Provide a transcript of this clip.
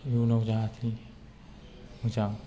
बिनि उनाव जाहाथे मोजां